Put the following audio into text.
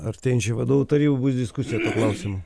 artėjančių vadovų tarybų bus diskusijų klausimu